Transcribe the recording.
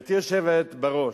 "גברתי היושבת-ראש,